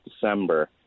December